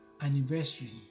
anniversary